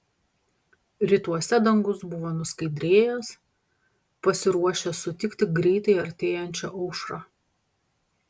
rytuose dangus buvo nuskaidrėjęs pasiruošęs sutikti greitai artėjančią aušrą